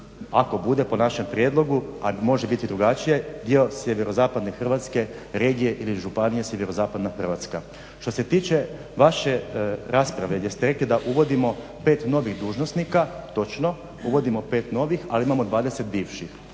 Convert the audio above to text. ako bude po našem prijedlogu a može biti drugačije, dio SZ Hrvatske, regije ili županije SZ Hrvatska. Što se tiče vaše rasprave gdje ste rekli da uvodimo 5 novih dužnosnika, točno, uvodimo 5 novih ali imamo 20 bivših.